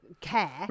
care